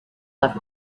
left